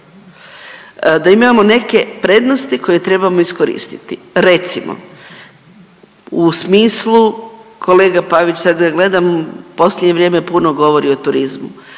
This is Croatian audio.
da imamo neke prednosti koje trebamo iskoristiti. Recimo u smislu, kolega Pavić sada gleda, u posljednje vrijeme puno govori o turizmu,